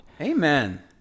Amen